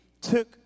took